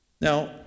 Now